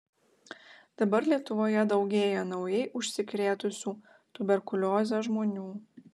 dabar lietuvoje daugėja naujai užsikrėtusių tuberkulioze žmonių